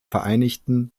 vereinigten